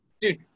dude